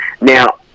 Now